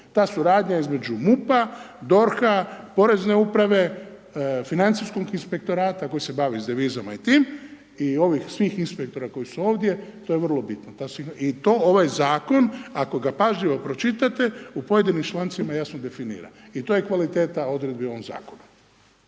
ta suradnja između MUP-a, DORH-a, Porezne uprave, financijskog inspektorata koji se bavi sa devizama i tim i ovih svih inspektora koji su ovdje, to je vrlo bitno i to ovaj zakon, ako ga pažljivo pročitate u pojedinim člancima, jasno definira i to je kvaliteta odredbi u ovom zakonu.